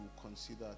consider